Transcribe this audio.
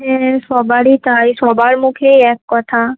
হ্যাঁ সবারই তাই সবার মুখেই এক কথা